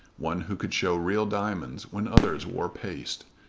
one who could show real diamonds when others wore paste,